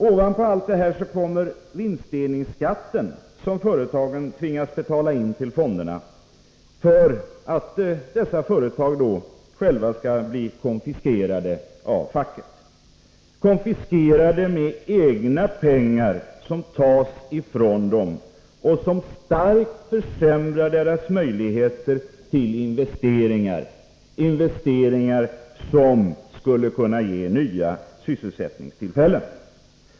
Ovanpå allt detta kommer så vinstdelningsskatten som företagen skall tvingas betala in till fonderna för att de själva skall bli konfiskerade av facket, konfiskerade med egna pengar som tas ifrån dem och som starkt försämrar deras möjligheter till investeringar — satsningar som skulle kunna ge nya sysselsättningstillfällen.